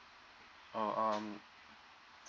uh um